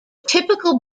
typical